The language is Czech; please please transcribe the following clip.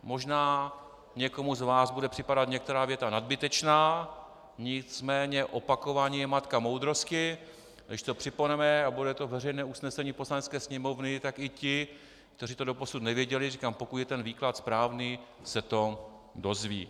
Možná někomu z vás bude připadat některá věta nadbytečná, nicméně opakování je matka moudrosti ,a když to připomeneme a bude to veřejné usnesení Poslanecké sněmovny, tak i ti, kteří to doposud nevěděli, pokud je ten výklad správný, se to dozvědí.